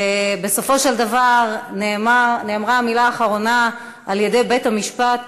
ובסופו של דבר נאמרה המילה האחרונה על-ידי בית-המשפט,